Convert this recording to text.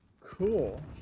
Cool